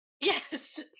Yes